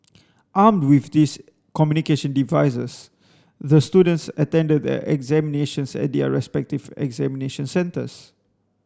armed with these communication devices the students attended the examinations at their respective examination centres